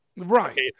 Right